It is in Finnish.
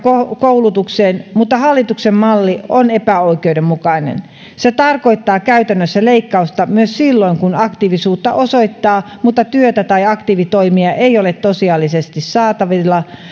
koulutukseen mutta hallituksen malli on epäoikeudenmukainen se tarkoittaa käytännössä leikkausta myös silloin kun aktiivisuutta osoittaa mutta työtä tai aktiivitoimia ei ole tosiasiallisesti saatavilla